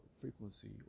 frequency